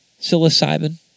psilocybin